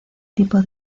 tipo